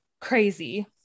crazy